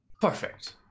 Perfect